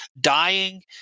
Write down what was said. dying